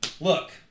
look